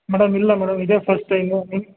madam ಇಲ್ಲ madam ಇದೇ first time